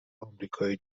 آمریکای